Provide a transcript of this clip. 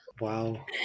Wow